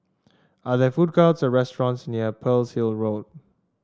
are there food courts or restaurants near Pearl's Hill Road